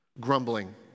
grumbling